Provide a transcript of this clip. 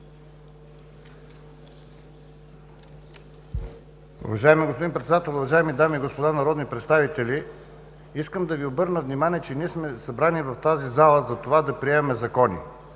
Уважаеми господин Председател, уважаеми дами и господа народни представители! Искам да Ви обърна внимание, че ние сме събрани в тази зала за това да приемаме закони,